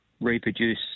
reproduce